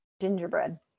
gingerbread